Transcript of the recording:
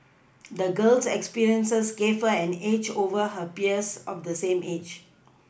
the girl's experiences gave her an edge over her peers of the same age